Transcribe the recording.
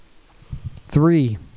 three